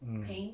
mm